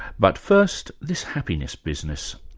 but first, this happiness business.